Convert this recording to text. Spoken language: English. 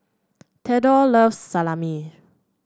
Theodore loves Salami